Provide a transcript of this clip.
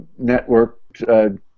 networked